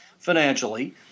Financially